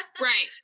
Right